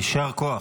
יישר כוח.